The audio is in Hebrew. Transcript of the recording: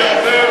הוא לא ציבורי,